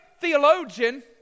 theologian